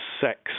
sex